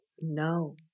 No